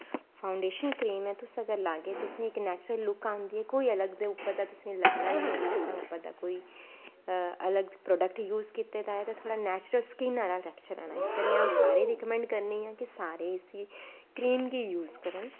foundation cream ऐ तुस अगर लागे तुसें इक नैचुर्ल लुक्क आंदी ऐ कोई अगल दै उप्परा दा तुसें लगाना नी ऐ कि तुसैं उप्पर दा कोई अलग प्रोडक्ट यूज कीते दा ऐ ते थोह्ड़ा नैचुर्ल स्किन्न आह्ला टैक्सचर आना इस करियै अऊं सारें गी रिकमैंड करनी आं कि सारे इस्सै क्रीम गी यूज करन